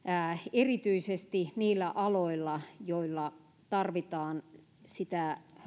erityisesti niillä aloilla joilla tarvitaan sitä